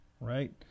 right